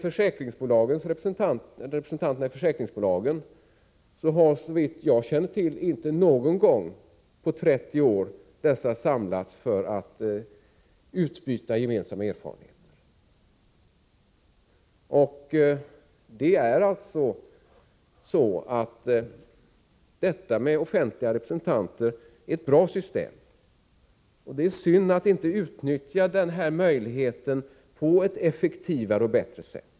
Representanterna i försäkringsbolagen har såvitt jag känner till inte någon gång på 30 år samlats för att utbyta gemensamma erfarenheter. Systemet med offentliga styrelserepresentanter är ett bra system. Det är dock synd att vi inte utnyttjar denna möjlighet på ett effektivare och bättre sätt.